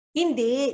hindi